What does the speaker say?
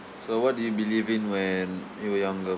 so what do you believe in when you were younger